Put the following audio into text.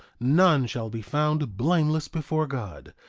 none shall be found blameless before god,